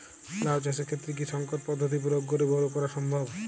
লাও চাষের ক্ষেত্রে কি সংকর পদ্ধতি প্রয়োগ করে বরো করা সম্ভব?